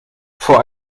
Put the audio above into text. vor